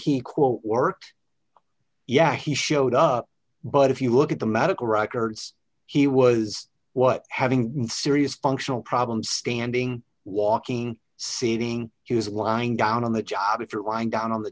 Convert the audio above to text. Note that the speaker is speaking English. he quote worked yeah he showed up but if you look at the medical records he was what having serious functional problems standing walking sitting is lying down on the job if you're lying down on the